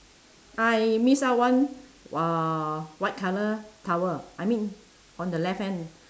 I miss out one uh white colour towel I mean on the left hand